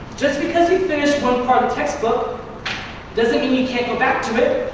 just because you finish one part of the textbook doesn't mean you can't go back to it.